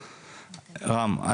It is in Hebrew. רם,